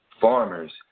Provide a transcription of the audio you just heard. farmers